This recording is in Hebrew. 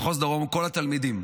כל התלמידים,